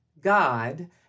God